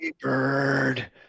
bird